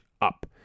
up